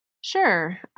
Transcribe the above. Sure